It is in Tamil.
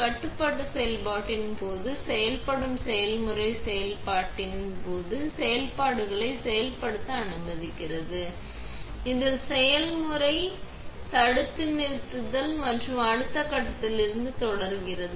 கட்டுப்பாட்டு செயல்பாட்டின் போது செயல்படும் செயல்முறை செயல்பாட்டின் போது செயல்பாடுகளை செயல்படுத்த அனுமதிக்கிறது இதில் செயல்முறை மரணதண்டனை தடுத்து நிறுத்துதல் மற்றும் அந்த கட்டத்தில் இருந்து தொடர்கிறது